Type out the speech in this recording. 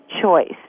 choice